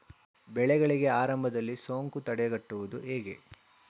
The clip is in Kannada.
ಬೆಳೆಗಳಿಗೆ ಆರಂಭದಲ್ಲಿ ಸೋಂಕು ತಡೆಗಟ್ಟುವುದು ಹೇಗೆ?